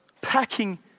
packing